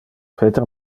peter